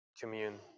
commune